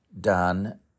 done